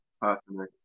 personally